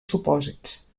supòsits